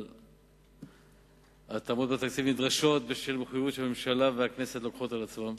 אבל ההתאמות בתקציב נדרשות בשל מחויבות שהממשלה והכנסת לוקחות על עצמן,